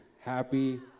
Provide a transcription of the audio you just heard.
Happy